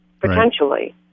potentially